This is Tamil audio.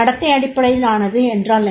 நடத்தை அடிப்படையிலானது என்றால் என்ன